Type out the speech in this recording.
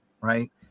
right